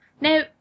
Now